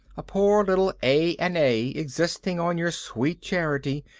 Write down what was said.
a poor little a and a existing on your sweet charity,